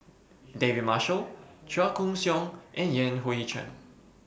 David Marshall Chua Koon Siong and Yan Hui Chang